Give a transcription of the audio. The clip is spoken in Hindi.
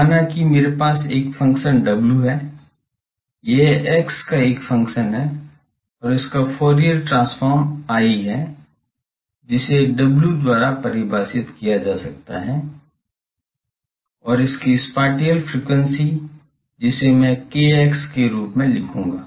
माना कि मेरे पास एक फंक्शन w है यह x का एक फंक्शन है और इसका फूरियर ट्रांसफॉर्म I है जिसे W द्वारा परिभाषित किया जा सकता है और इसकी स्पाटिअल फ्रीक्वेंसी जिसे मैं kx के रूप में लिखूंगा